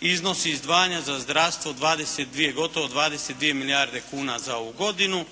iznosi izdvajanja za zdravstvo 22, gotovo 22 milijarde kuna za ovu godinu.